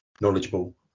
knowledgeable